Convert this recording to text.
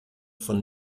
von